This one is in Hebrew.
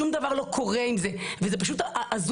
שום דבר לא קורה עם זה וזה פשוט הזוי.